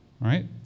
right